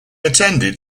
attended